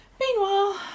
meanwhile